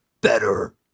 better